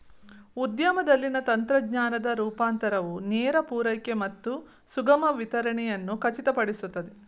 ಉದ್ಯಮದಲ್ಲಿನ ತಂತ್ರಜ್ಞಾನದ ರೂಪಾಂತರವು ನೇರ ಪೂರೈಕೆ ಮತ್ತು ಸುಗಮ ವಿತರಣೆಯನ್ನು ಖಚಿತಪಡಿಸುತ್ತದೆ